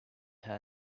him